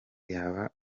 yaba